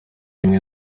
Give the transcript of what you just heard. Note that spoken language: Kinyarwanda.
rimwe